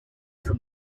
from